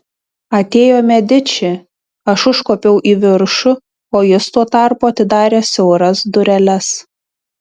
atėjo mediči aš užkopiau į viršų o jis tuo tarpu atidarė siauras dureles